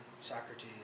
Socrates